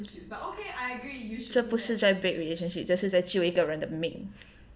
这不是在 break relationship 这是在救一个人的命